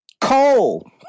Coal